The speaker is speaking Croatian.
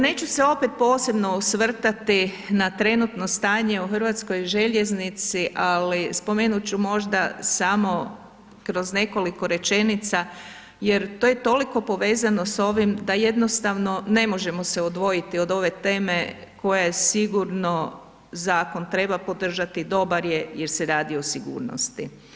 Neću se opet posebno osvrtati na trenutno stanje u Hrvatskoj željeznici ali spomenut ću samo kroz nekoliko rečenica jer to je toliko povezano s ovim da jednostavno ne možemo se odvojiti od ove teme koja je sigurno, zakon treba podržati, dobar je jer se radi o sigurnosti.